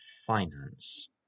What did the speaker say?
finance